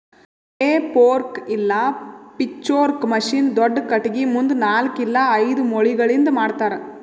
ಹೇ fork ಇಲ್ಲ pitchfork machine ದೊಡ್ದ ಖಟಗಿ ಮುಂದ ನಾಲ್ಕ್ ಇಲ್ಲ ಐದು ಮೊಳಿಗಳಿಂದ್ ಮಾಡ್ತರ